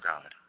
God